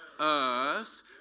earth